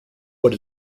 what